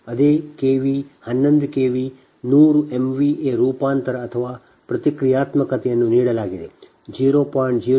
ಅದೇ KV 11 KV 100 MVA ರೂಪಾಂತರ ಅಥವಾ ಪ್ರತಿಕ್ರಿಯಾತ್ಮಕತೆಯನ್ನು ನೀಡಲಾಗಿದೆ 0